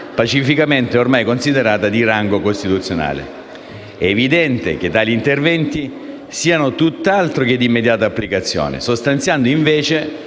pacificamente considerata di rango costituzionale. È evidente che tali interventi siano tutt'altro che di immediata applicazione, sostanziando invece